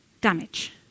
damage